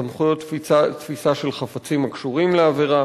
סמכויות תפיסה של חפצים הקשורים לעבירה